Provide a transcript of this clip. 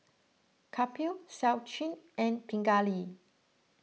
Kapil Sachin and Pingali